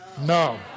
no